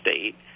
State